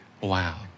Wow